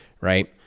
right